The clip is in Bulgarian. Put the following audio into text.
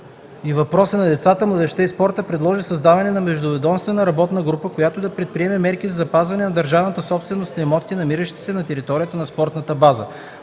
и въпросите на децата, младежта и спорта предложи създаване на междуведомствена работна група, която да предприеме мерки за запазване на държавната собственост на имотите, намиращи се на територията на спортната база.